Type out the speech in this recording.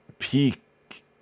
Peak